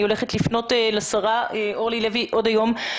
עוד היום אני הולכת לפנות לשרה אורלי לוי אבקסיס.